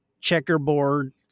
checkerboard